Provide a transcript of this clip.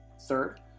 Third